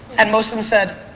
and most of them said,